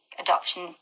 adoption